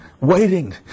Waiting